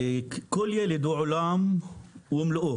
וכל ילד הוא עולם ומלואו,